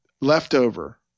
leftover